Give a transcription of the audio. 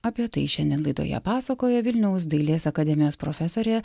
apie tai šiandien laidoje pasakoja vilniaus dailės akademijos profesorė